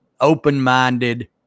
open-minded